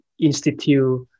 institute